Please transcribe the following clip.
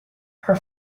her